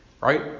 right